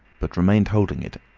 but remained holding it,